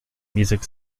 music